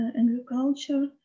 Agriculture